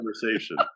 conversation